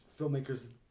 filmmakers